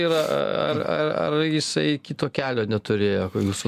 yra ar ar ar jisai kito kelio neturėjo ko jūsų